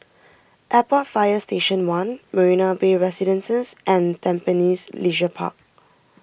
Airport Fire Station one Marina Bay Residences and Tampines Leisure Park